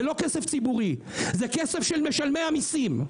זה כסף של משלמי המיסים.